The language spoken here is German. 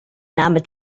name